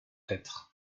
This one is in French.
être